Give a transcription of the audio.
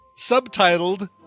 subtitled